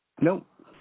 Nope